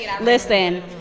listen